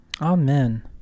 Amen